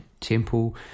temple